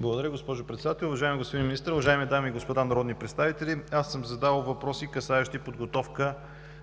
Благодаря, госпожо Председател. Уважаеми господин Министър, уважаеми дами и господа народни представители. Аз съм задал въпроси, касаещи подготовка